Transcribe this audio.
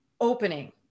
opening